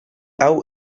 hau